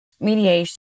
mediation